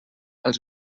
els